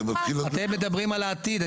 אתם מדברים על העתיד.